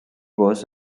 was